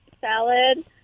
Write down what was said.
salad